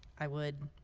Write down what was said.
i would